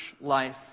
life